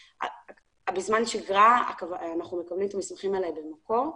בזמן שגרה אנחנו מקבלים את המסמכים האלה במקור.